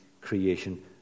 creation